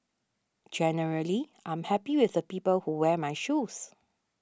generally I'm happy with the people who wear my shoes